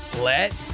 let